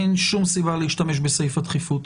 אין שום סיבה להשתמש בסעיף הדחיפות.